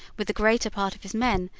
with the greater part of his men,